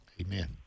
Amen